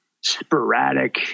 sporadic